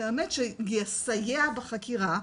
זה יסייע בחקירה,